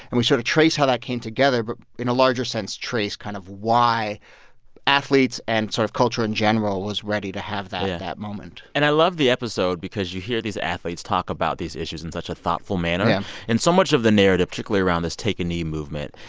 and we sort of trace how that came together, but in a larger sense, trace kind of why athletes and sort of culture in general was ready to have that that moment yeah. and i love the episode because you hear these athletes talk about these issues in such a thoughtful manner yeah and so much of the narrative, particularly around this take-a-knee movement,